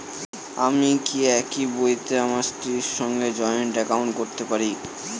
আমি কি একই বইতে আমার স্ত্রীর সঙ্গে জয়েন্ট একাউন্ট করতে পারি?